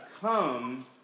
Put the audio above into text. come